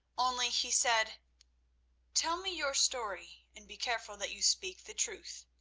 only he said tell me your story, and be careful that you speak the truth.